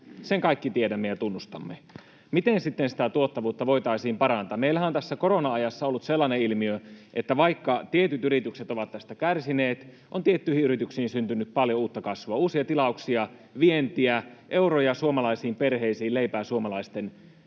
sen kaikki tiedämme ja tunnustamme. Miten sitä tuottavuutta sitten voitaisiin parantaa? Meillähän on tässä korona-ajassa ollut sellainen ilmiö, että vaikka tietyt yritykset ovat tästä kärsineet, on tiettyihin yrityksiin syntynyt paljon uutta kasvua, uusia tilauksia, vientiä, euroja suomalaisiin perheisiin, leipää suomalaisten